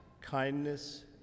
kindness